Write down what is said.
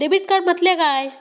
Debit card म्हटल्या काय?